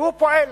והוא פועל